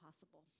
possible